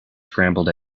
scrambled